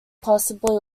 possibly